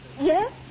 Yes